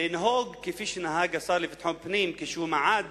לנהוג כפי שנהג השר לביטחון הפנים כשהוא מעד